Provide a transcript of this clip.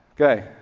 Okay